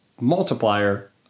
multiplier